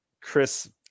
Chris